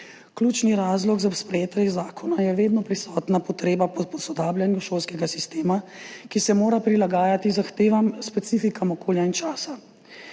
Ključni razlog za sprejetje zakona je vedno prisotna potreba po posodabljanju šolskega sistema, ki se mora prilagajati zahtevam, specifikam okolja in časa.